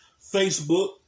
Facebook